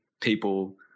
people